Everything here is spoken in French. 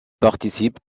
participent